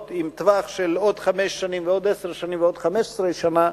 לטווח של עוד חמש שנים ועוד עשר שנים ועוד 15 שנה,